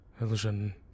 Illusion